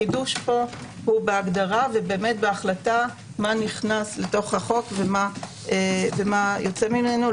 החידוש פה הוא בהגדרה ובהחלטה מה נכנס לחוק ומה יוצא ממנו.